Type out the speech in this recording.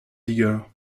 vigueur